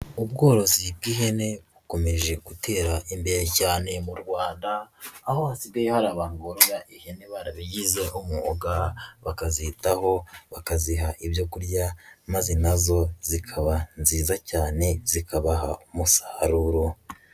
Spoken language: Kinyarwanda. Ubworozi bw'ihene bukomeje gutera imbere cyane mu Rwanda, aho hasigaye hari abantu borora ihene barabigize umwuga, bakazitaho bakaziha ibyo kurya, maze nazo zikaba nziza cyane zikabaha umusaruro.